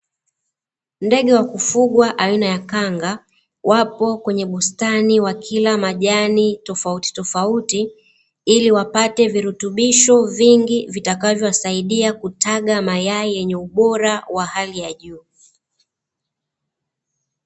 Ndege wa kufugwa aina ya kanga, wapo kwenye bustani wakila majani tofautitofauti, ili wapate virutubisho vingi vitakavyowasaidia kutaga mayai yenye ubora wa hali ya juu.